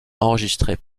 enregistrées